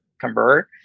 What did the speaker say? convert